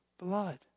blood